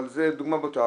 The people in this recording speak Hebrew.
אבל זו דוגמה בוטה.